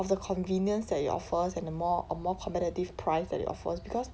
of the convenience that it offers and a more a more competitive price that it offers because